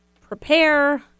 prepare